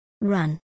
Run